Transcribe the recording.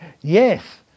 yes